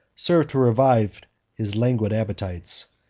served to revive his languid appetites.